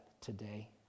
today